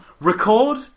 Record